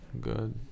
good